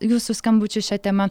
jūsų skambučių šia tema